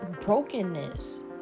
brokenness